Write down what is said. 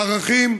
בערכים,